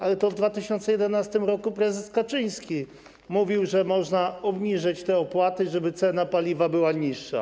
Ale w 2011 r. to prezes Kaczyński mówił, że można obniżyć te opłaty, żeby cena paliwa była niższa.